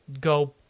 go